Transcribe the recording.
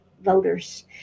voters